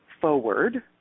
forward